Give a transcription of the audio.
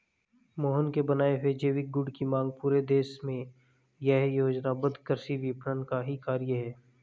मोहन के बनाए हुए जैविक गुड की मांग पूरे देश में यह योजनाबद्ध कृषि विपणन का ही कार्य है